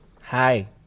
hi